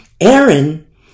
Aaron